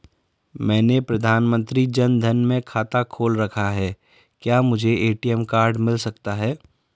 मैंने प्रधानमंत्री जन धन में खाता खोल रखा है क्या मुझे ए.टी.एम कार्ड मिल सकता है?